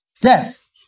Death